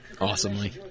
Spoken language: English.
awesomely